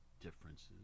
differences